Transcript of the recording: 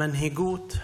המנהיגות,